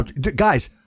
Guys